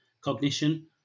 cognition